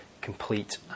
complete